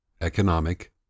economic